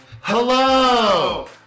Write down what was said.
Hello